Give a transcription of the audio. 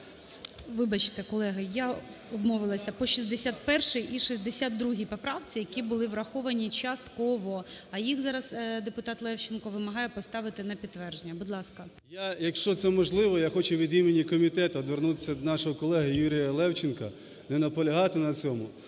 Вибачте, колеги, я обмовилася. По 61 і 62 поправці, які були враховані частково. А їх зараз депутат Левченко вимагає поставити на підтвердження. Будь ласка. 13:23:22 КНЯЗЕВИЧ Р.П. Якщо це можливо, я хочу від імені комітету звернутися до нашого колеги Юрія Левченка не наполягати на цьому.